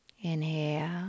Inhale